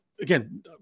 Again